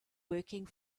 working